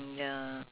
ya